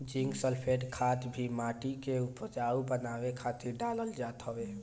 zinc sulphate खाद भी माटी के उपजाऊ बनावे खातिर डालल जात हवे